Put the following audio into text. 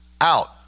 out